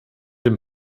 dem